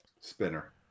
spinner